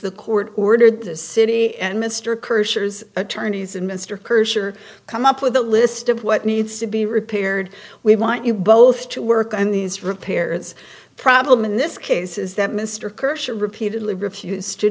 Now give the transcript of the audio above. the court ordered the city and mr kirshner's attorneys and mr kirschner come up with a list of what needs to be repaired we want you both to work and these repairs problem in this case is that mr kershaw repeatedly refused to